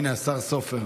הינה, השר סופר.